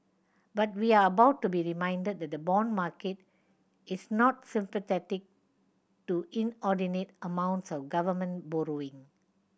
but we are about to be reminded that the bond market is not sympathetic to inordinate amounts of government borrowing